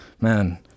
Man